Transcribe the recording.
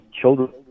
children